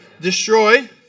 Destroy